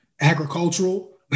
agricultural